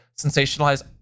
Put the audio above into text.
sensationalize